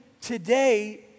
today